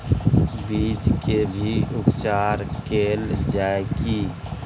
बीज के भी उपचार कैल जाय की?